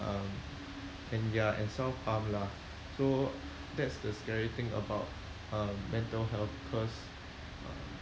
um and ya and self harm lah so that's the scary thing about uh mental health because